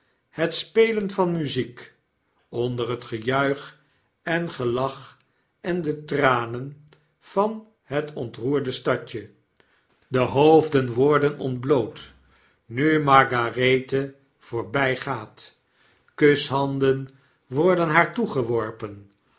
het spelen van muziek onder het gejuich en gelach en de tranen van het ontroerde stadje de hoofden worden ontbloot nu margarethe voorbygaat kushanden worden haar toegewor